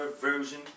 Version